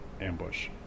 ambush